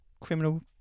criminal